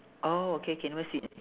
oh okay okay never seen it